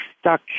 stuck